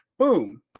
Boom